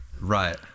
Right